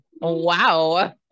wow